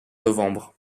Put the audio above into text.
novembre